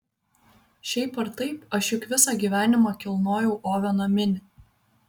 šiaip ar taip aš juk visą gyvenimą kilnojau oveną minį